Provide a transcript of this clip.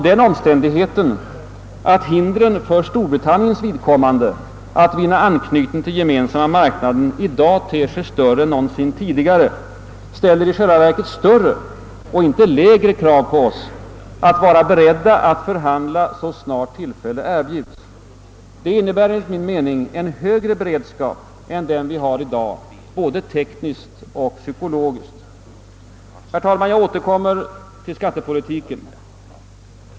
Den omständigheten att hindren för Storbritanniens vidkommande att vinna anknytning till Gemensamma marknaden i dag ter sig större än någonsin tidigare ställer i själva verket högre, inte lägre, krav på oss att vara beredda att förhandla så snart tillfälle erbjuds. Det innebär enligt min mening en högre beredskap än den vi har i dag i både tekniskt och psykologiskt hänseende. Herr talman! Jag återkommer till skattepolitiken.